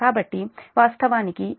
కాబట్టి వాస్తవానికి ఇది 1259